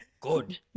Good